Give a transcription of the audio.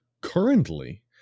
Currently